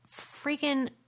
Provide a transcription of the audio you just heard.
freaking